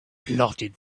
plodded